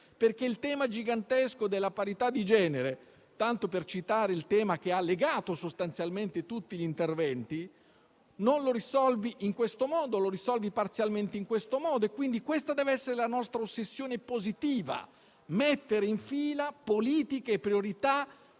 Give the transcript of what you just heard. perché il tema gigantesco della parità di genere, tanto per citare la questione che ha legato sostanzialmente tutti gli interventi, non si risolve in questo modo, se non parzialmente. Questa deve essere dunque la nostra ossessione positiva: mettere in fila politiche e priorità